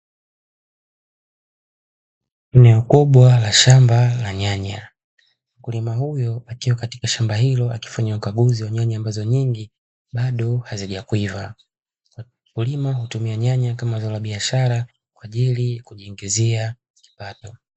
Eneo kubwa la shamba la nyanya, mkulima yupo katika shamba hilo akikagua nyanya hizo ambazo nyingi bado hazijakwiva. Mkulima hutumia zao la nyanya kama zao la biashara kwa ajili ya kujiingizia kipato.